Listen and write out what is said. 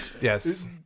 yes